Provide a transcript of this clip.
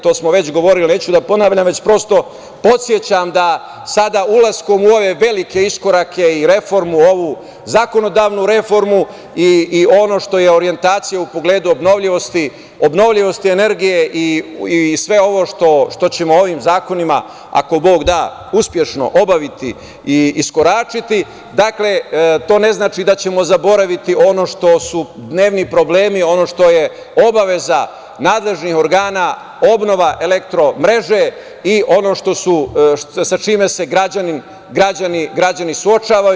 To smo već govorili, neću da ponavljam, već prosto podsećam da sada, ulaskom u ove velike iskorake i reformu ovu, zakonodavnu reformu, i ono što je orjentacija u pogledu obnovljivosti, obnovljivosti energije i sve ovo što ćemo ovim zakonima, ako Bog da, uspešno obaviti i iskoračiti, dakle to ne znači da ćemo zaboraviti ono što su dnevni problemi, ono što je obaveza nadležnih organa - obnova elektro mreže i ono sa čime se građani suočavaju.